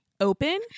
open